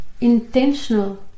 intentional